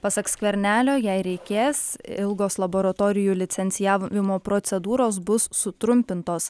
pasak skvernelio jei reikės ilgos laboratorijų licencijavimo procedūros bus sutrumpintos